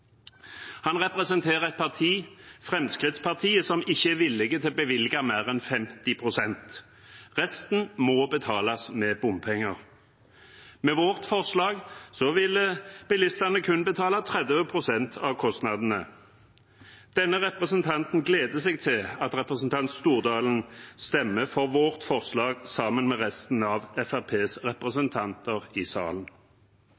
Han representerer et parti, Fremskrittspartiet, som ikke er villig til å bevilge mer enn 50 pst., resten må betales med bompenger. Med vårt forslag vil bilistene kun betale 30 pst. av kostnadene. Denne representanten gleder seg til at representanten Stordalen stemmer for vårt forslag sammen med resten av